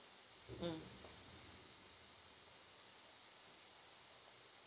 mm